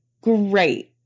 Great